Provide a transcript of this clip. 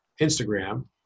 Instagram